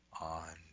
on